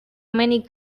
many